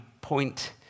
point